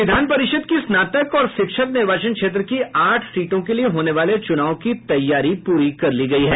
विधान परिषद् की स्नातक और शिक्षक निर्वाचन क्षेत्र की आठ सीटों के लिए होने वाले चूनाव की तैयारी पूरी कर ली गयी है